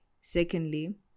Secondly